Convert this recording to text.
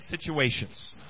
situations